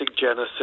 Genesis